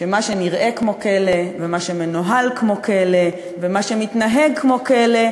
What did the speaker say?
מה שנראה כמו כלא ומה שמנוהל כמו כלא ומה שמתנהג כמו כלא,